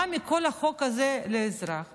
מה לכל החוק הזה ולאזרח?